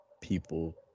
people